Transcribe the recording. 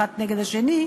האחת נגד השני,